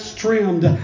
trimmed